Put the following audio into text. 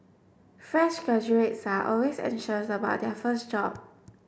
fresh graduates are always anxious about their first job